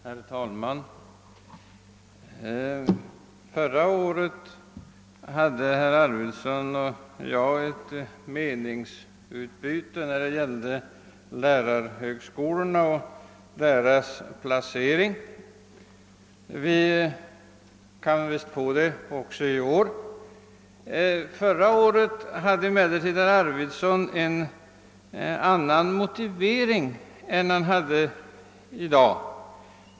Herr talman! Förra året hade herr Arvidson och jag ett meningsutbyte när det gällde lärarhögskolorna och deras placering. Vi kan visst diskutera lärarhögskolorna även i år. Förra året hade herr Arvidson en annan motivering än han har i dag.